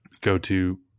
go-to